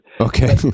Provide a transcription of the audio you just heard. Okay